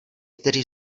kteří